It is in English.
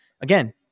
Again